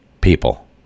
people